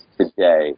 today